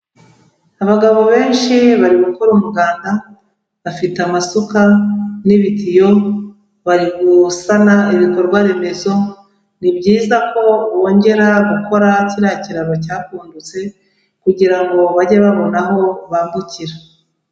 Abagabo benshi bari gukora umuganda, bafite amasuka n'ibitiyo, bari gusana ibikorwa remezo, ni byiza ko bongera gukora kiriya kiraro cyakundutse, kugira ngo bajye babona aho bambukira.